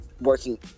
working